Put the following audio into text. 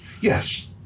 Yes